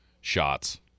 shots